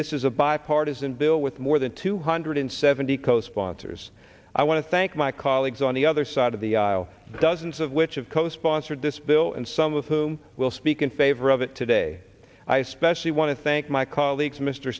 this is a bipartisan bill with more than two hundred seventy co sponsors i want to thank my colleagues on the other side of the aisle dozens of which of co sponsored this bill and some of whom will speak in favor of it today i especially want to thank my colleagues mr